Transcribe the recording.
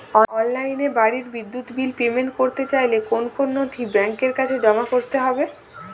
অনলাইনে বাড়ির বিদ্যুৎ বিল পেমেন্ট করতে চাইলে কোন কোন নথি ব্যাংকের কাছে জমা করতে হবে?